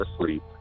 asleep